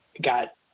got